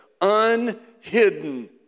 unhidden